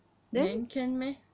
then can meh